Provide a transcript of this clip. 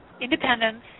independence